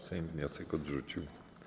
Sejm wniosek odrzucił.